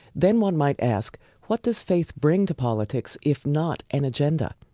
then one might ask, what does faith bring to politics if not an agenda?